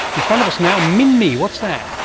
in front of us now, minmi. what's that?